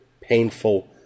painful